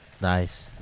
Nice